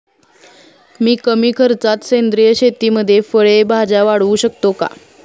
मी कमी खर्चात सेंद्रिय शेतीमध्ये फळे भाज्या वाढवू शकतो का?